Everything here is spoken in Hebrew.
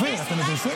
אופיר, אתם מגייסים?